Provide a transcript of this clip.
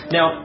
Now